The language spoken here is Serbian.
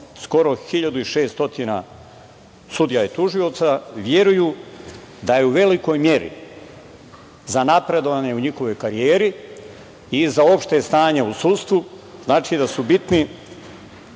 skoro 1.600 sudija i tužioca veruju da je u velikoj meri za napredovanje u njihovoj karijeri i za opšte stanje u sudstvu su bitne